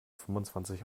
fünfundzwanzig